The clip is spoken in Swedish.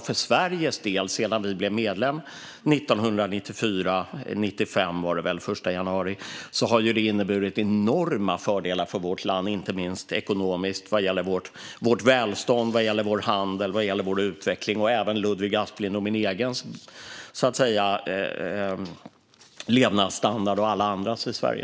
För Sveriges del har det, sedan vi blev medlem den 1 januari 1995, inneburit enorma fördelar för vårt land, inte minst ekonomiskt vad gäller vårt välstånd, vår handel och vår utveckling och även för Ludvig Asplings, min egen och alla andras levnadsstandard i Sverige.